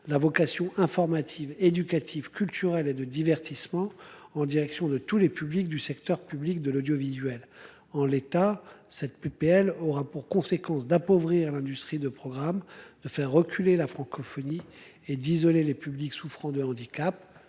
la vocation informative éducative, culturelle et de divertissement en direction de tous les publics du secteur public de l'audiovisuel en l'état cette PPL aura pour conséquence d'appauvrir l'industrie de programmes de faire reculer la francophonie et d'isoler les publics souffrant de Andy.